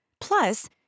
Plus